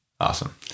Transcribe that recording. awesome